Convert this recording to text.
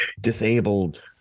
disabled